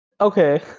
Okay